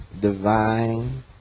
divine